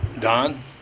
Don